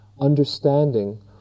understanding